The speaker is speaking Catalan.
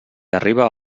arriba